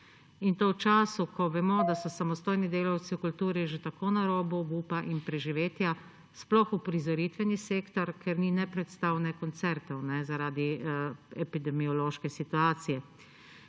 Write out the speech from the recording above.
In to v času, ko vemo, da so samostojni delavci v kulturi že tako na robu obupa in preživetja, sploh uprizoritveni sektor, ker ni ne predstav ne koncertov zaradi epidemiološke situacije.